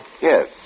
Yes